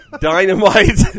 Dynamite